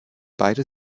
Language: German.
beide